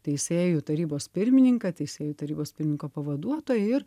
teisėjų tarybos pirmininką teisėjų tarybos pirmininko pavaduotoją ir